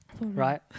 Right